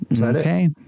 Okay